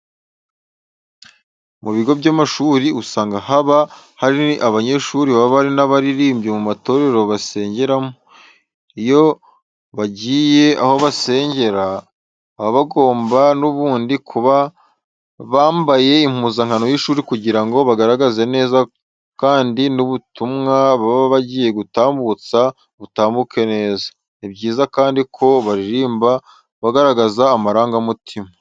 Mu bigo by'amashuri usanga haba hari abanyeshuri baba ari n'abaririmbyi mu matorero basengeramo. Iyo bagiye aho basengera, baba bagomba n'ubundi kuba bambaye impuzankano y'ishuri kugira ngo bagaragare neza kandi n'ubutumwa baba bagiye gutambutsa butamuke neza. Ni byiza kandi ko baririmba bagaragaza amarangamutima.